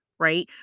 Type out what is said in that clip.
right